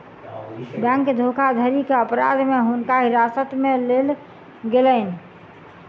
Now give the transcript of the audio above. bank धोखाधड़ी के अपराध में हुनका हिरासत में लेल गेलैन